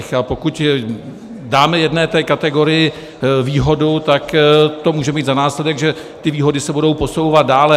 A pokud dáme jedné té kategorii výhodu, tak to může mít za následek, že ty výhody se budou posouvat dále.